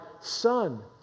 Son